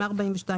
142,